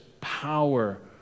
power